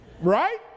Right